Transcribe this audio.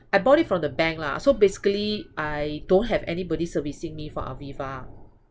I bought it from the bank lah so basically I don't have anybody servicing me for aviva